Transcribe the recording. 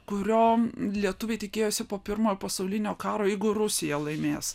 kurio lietuviai tikėjosi po pirmojo pasaulinio karo jeigu rusija laimės